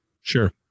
Sure